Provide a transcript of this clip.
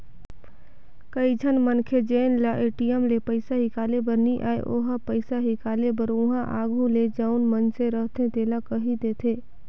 कइझन मनखे जेन ल ए.टी.एम ले पइसा हिंकाले बर नी आय ओ ह पइसा हिंकाले बर उहां आघु ले जउन मइनसे रहथे तेला कहि देथे